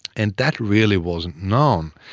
and that really wasn't known.